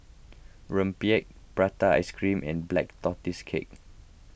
Rempeyek Prata Ice Cream and Black Tortoise Cake